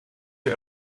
wir